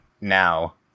now